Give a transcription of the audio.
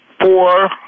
four